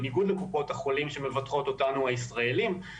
בניגוד לקופות החולים שמבטחות אותנו הישראלים,